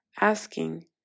asking